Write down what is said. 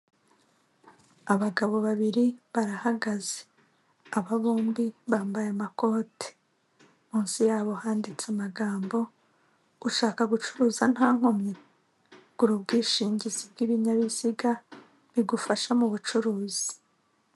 Abagabo babiri barahagaze aba bombi bambaye amakote, munsi yabo handitse amagambo ushaka gucuruza nta nkomyi gura ubwishingizi bw'ibinyabiziga bigufasha mu bucuruzi.